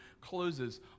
closes